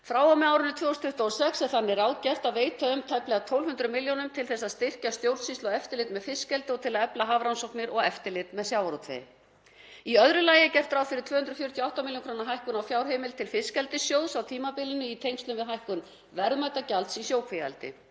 Frá og með árinu 2026 er þannig ráðgert að veita tæplega 1.200 millj. kr. til að styrkja stjórnsýslu og eftirlit með fiskeldi og til að efla hafrannsóknir og eftirlit með sjávarútvegi. Í öðru lagi er gert ráð fyrir 248 millj. kr. hækkun á fjárheimild til fiskeldissjóðs á tímabilinu í tengslum við hækkun verðmætagjalds í sjókvíaeldi.